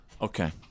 Okay